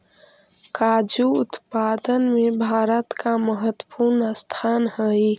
काजू उत्पादन में भारत का महत्वपूर्ण स्थान हई